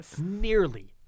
nearly